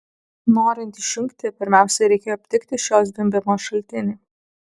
norint išjungti pirmiausia reikėjo aptikti šio zvimbimo šaltinį